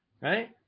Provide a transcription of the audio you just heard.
Right